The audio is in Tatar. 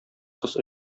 кыз